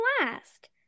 last